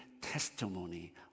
testimony